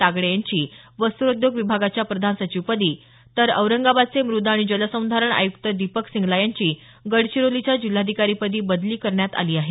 तागडे यांची वस्त्रोद्योग विभागाच्या प्रधान सचिवपदी तर औरंगाबादचे मृद आणि जलसंधारण आयुक्त दीपक सिंगला यांची गडचिरोलीच्या जिल्हाधिकारीपदी बदली करण्यात आली आहे